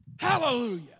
Hallelujah